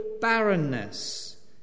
barrenness